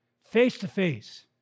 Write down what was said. face-to-face